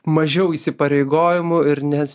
mažiau įsipareigojimų ir nes